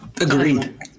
Agreed